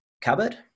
cupboard